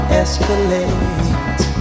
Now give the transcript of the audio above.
escalate